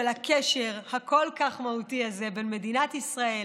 הקשר הכל-כך מהותי הזה בין מדינת ישראל